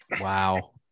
Wow